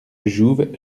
jouve